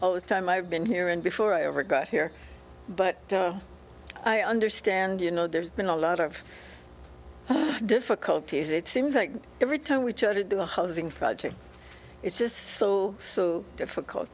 all the time i've been here and before i ever got here but i understand you know there's been a lot of difficulties it seems like every time we try to do a housing project it's just so so difficult